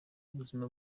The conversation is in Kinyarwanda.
ubuzima